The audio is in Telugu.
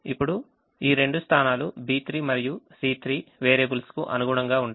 ఇప్పుడు ఈ రెండు స్థానాలు B3 మరియు C3 వేరియబుల్స్ కు అనుగుణంగా ఉంటాయి